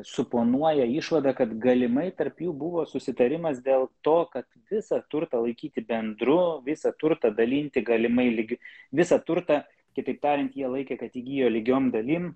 suponuoja išvadą kad galimai tarp jų buvo susitarimas dėl to kad visą turtą laikyti bendru visą turtą dalinti galimai lygi visą turtą kitaip tariant jie laikė kad įgijo lygiom dalim